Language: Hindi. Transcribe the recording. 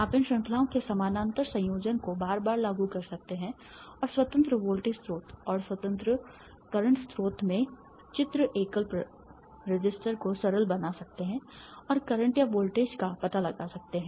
आप इन श्रृंखलाओं के समानांतर संयोजनों को बार बार लागू कर सकते हैं और स्वतंत्र वोल्टेज स्रोत और स्वतंत्र वर्तमान स्रोत में चित्र एकल प्रतिरोध को सरल बना सकते हैं और करंट या वोल्टेज का पता लगा सकते हैं